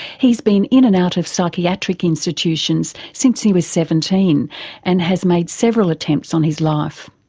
he's been in and out of psychiatric institutions since he was seventeen and has made several attempts on his life.